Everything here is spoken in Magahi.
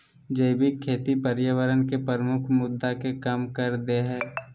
जैविक खेती पर्यावरण के प्रमुख मुद्दा के कम कर देय हइ